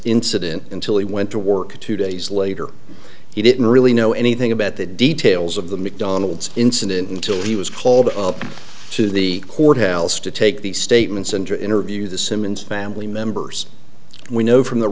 incident until he went to work two days later he didn't really know anything about the details of the mcdonald's incident until he was called to the courthouse to take the statements and to interview the simmons family members we know from the